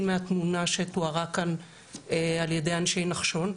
מהתמונה שתוארה כאן על ידי אנשי נחשון.